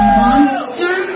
monster